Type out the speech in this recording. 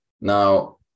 Now